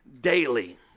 daily